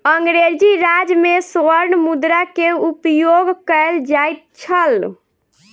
अंग्रेजी राज में स्वर्ण मुद्रा के उपयोग कयल जाइत छल